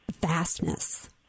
vastness